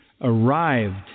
arrived